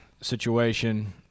situation